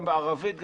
גם בערבית,